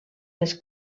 les